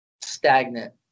stagnant